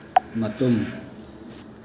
ꯃꯇꯨꯝ